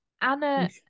Anna